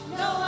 no